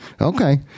okay